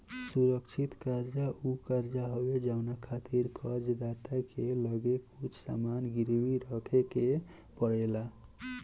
सुरक्षित कर्जा उ कर्जा हवे जवना खातिर कर्ज दाता के लगे कुछ सामान गिरवी रखे के पड़ेला